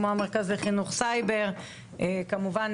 "המרכז לחינוך סייבר" וכמובן,